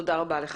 תודה רבה לך.